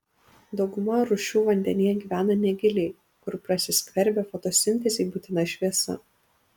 dauguma rūšių vandenyje gyvena negiliai kur prasiskverbia fotosintezei būtina šviesa